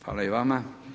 Hvala i vama.